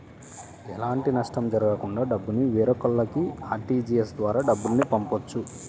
ఎలాంటి నష్టం జరగకుండా డబ్బుని వేరొకల్లకి ఆర్టీజీయస్ ద్వారా డబ్బుల్ని పంపొచ్చు